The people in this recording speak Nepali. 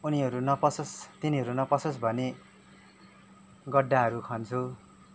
उनीहरू नपसोस् तिनीहरू नपसोस् भनी गड्डाहरू खन्छु